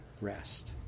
rest